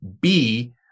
B-